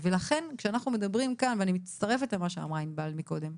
אני מצטרפת למה שאמרה ענבל קודם: